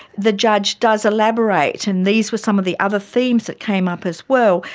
the judge does elaborate, and these were some of the other themes that came up as well.